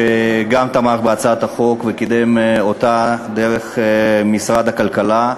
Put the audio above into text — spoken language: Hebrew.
שתמך בהצעת החוק וקידם אותה דרך משרד הכלכלה.